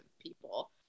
people